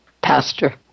pastor